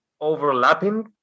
overlapping